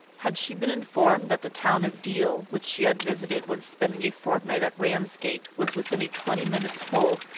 had she been informed that the town of deal, which she had visited when spending a fortnight at ramsgate, was within a twenty minutes' pull,